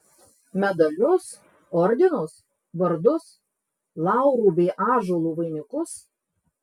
medalius ordinus vardus laurų bei ąžuolų vainikus